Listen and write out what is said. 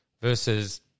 versus